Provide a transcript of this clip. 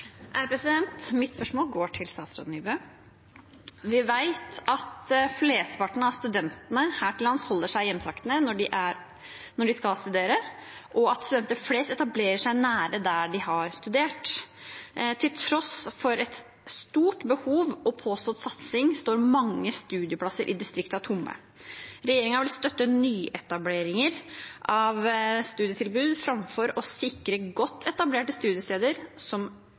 studentene her til lands holder seg i hjemtraktene når de skal studere, og at studenter flest etablerer seg nært der de har studert. Til tross for et stort behov og påstått satsing står mange studieplasser i distriktene tomme. Regjeringen vil støtte nyetableringer av studietilbud framfor å sikre godt etablerte studiesteder som